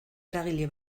eragile